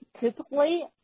typically